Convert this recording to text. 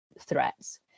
threats